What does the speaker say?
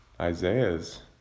Isaiah's